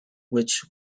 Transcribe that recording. which